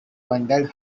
wondered